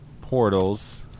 portals